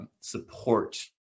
support